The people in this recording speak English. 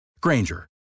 Granger